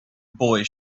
boy